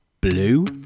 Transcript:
Blue